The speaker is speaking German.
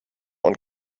und